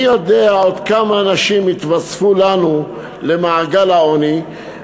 מי יודע עוד כמה אנשים יתווספו לנו למעגל העוני.